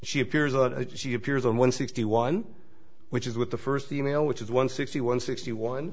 that she appears on one sixty one which is with the first e mail which is one sixty one sixty one